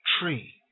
tree